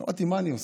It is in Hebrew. אמרתי: מה אני עושה?